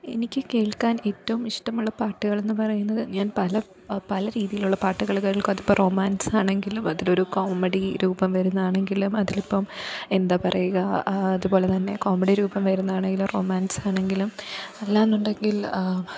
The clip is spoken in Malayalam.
എനിക്ക് കേള്ക്കാന് ഏറ്റവും ഇഷ്ടമുള്ള പാട്ടുകൾ എന്നു പറയുന്നത് ഞാന് പല പല രീതിയിലുള്ള പാട്ടുകൾ കേള്ക്കും അത് ഇപ്പം റൊമാന്സ് ആണെങ്കിലും അതിൽ ഒരു കോമഡി രൂപം വരുന്നതാണെങ്കിലും അതിൽ ഇപ്പം എന്താണ് പറയുക അതുപോലെ തന്നെ കോമഡി രൂപം വരുന്നതാണെങ്കിലും റൊമാന്സ് ആണെങ്കിലും അല്ല എന്നുണ്ടെങ്കില്